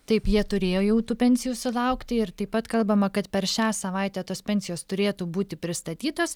taip jie turėjo jau tų pensijų sulaukti ir taip pat kalbama kad per šią savaitę tos pensijos turėtų būti pristatytos